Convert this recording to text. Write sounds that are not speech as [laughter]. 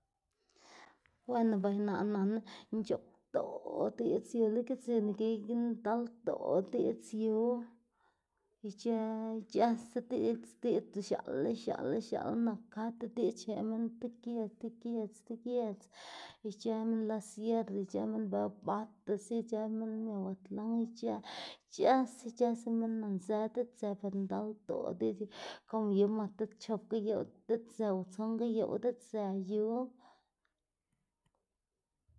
weno bay naꞌ nanná nc̲h̲oꞌbdoꞌ diꞌdz yu lo gitslyu [unintelligible] ndaldoꞌ diꞌdz yu, ic̲h̲ë ic̲h̲ëse diꞌdz diꞌdz x̱aꞌla x̱aꞌla nak kad ti diꞌdz xneꞌ minn ti giedz ti giedz ti giedz ic̲h̲ë minn la sierra ic̲h̲ë minn dela bata ziꞌd ic̲h̲ë minn miahuatlan ic̲h̲ë ic̲h̲ëse ic̲h̲ëse minn nanzë diꞌtsë per ndaldoꞌ diꞌdz yu como yu mase chop gayoꞌw diꞌtsë o tson gayoꞌw diꞌtsë yu.